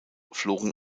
flogen